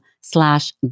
slash